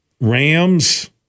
Rams